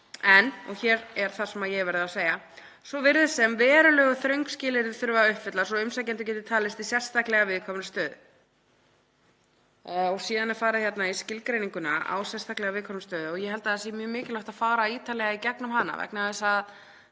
— og hér er það sem ég hef verið að segja — „svo virðist sem verulega þröng skilyrði þurfi að uppfylla svo umsækjendur geti talist í sérstaklega viðkvæmri stöðu.“ Síðan er farið í skilgreininguna á sérstaklega viðkvæmri stöðu og ég held að það sé mjög mikilvægt að fara ítarlega í gegnum hana vegna þess að